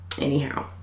anyhow